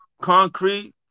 concrete